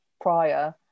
prior